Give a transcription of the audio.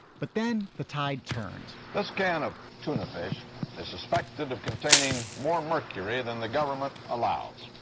but then the tide turned that's a can of tuna fish suspected of containing more mercury than the government allows.